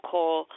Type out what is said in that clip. Call